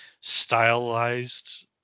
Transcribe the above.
stylized